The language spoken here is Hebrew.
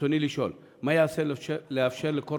רצוני לשאול: מה ייעשה כדי לאפשר לכל